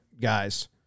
guys